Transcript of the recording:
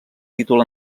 títol